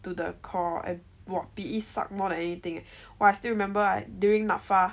to the core and !wah! P_E suck more than anything eh !wah! I still remember during NAPFA